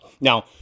Now